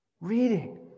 Reading